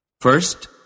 First